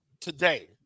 today